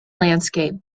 landscape